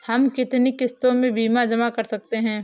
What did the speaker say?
हम कितनी किश्तों में बीमा जमा कर सकते हैं?